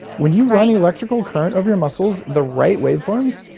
when you run the electrical current over your muscles the right wave forms,